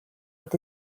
with